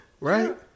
Right